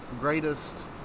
greatest